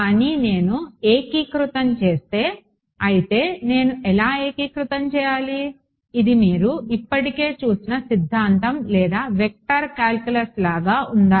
కానీ నేను ఏకీకృతం చేస్తే అయితే నేను ఎలా ఏకీకృతం చేయాలి ఇది మీరు ఇప్పటికే చూసిన సిద్ధాంతం లేదా వెక్టర్ కాలిక్యులస్ లాగా ఉందా